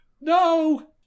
no